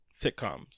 sitcoms